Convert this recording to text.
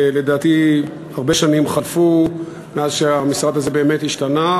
ולדעתי, הרבה שנים חלפו מאז המשרד הזה באמת השתנה.